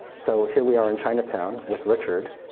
so here we are in chinatown with richard.